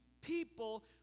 people